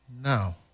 now